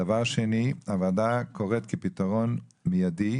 דבר שני: כפתרון מיידי,